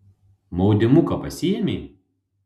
maudymuką pasiėmei